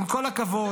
עם כל הכבוד,